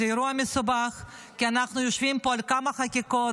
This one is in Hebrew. זה אירוע מסובך כי אנחנו יושבים פה על כמה חקיקות,